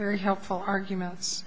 very helpful arguments